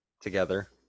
together